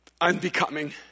unbecoming